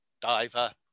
diver